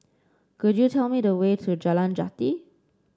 could you tell me the way to Jalan Jati